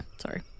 sorry